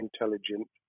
intelligent